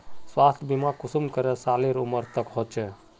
स्वास्थ्य बीमा कुंसम करे सालेर उमर तक होचए?